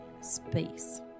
space